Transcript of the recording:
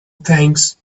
thanks